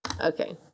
okay